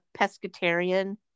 pescatarian